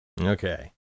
Okay